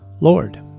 Lord